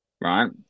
Right